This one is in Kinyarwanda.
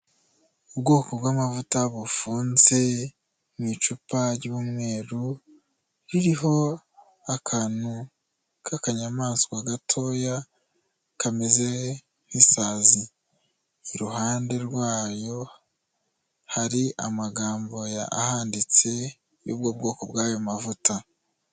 Ubwoko bw'amavuta bufunze mu icupa ry'umweru, ririho akantu k'akanyamaswa gatoya kameze nk'isazi, iruhande rwayo hari amagambo ahanditse y'ubwo bwoko bw'ayo mavuta.